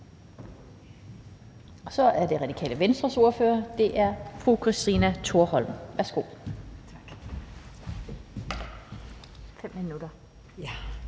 så er det Radikale Venstres ordfører, og det er fru Christina Thorholm. Værsgo. Kl. 17:14